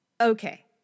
Okay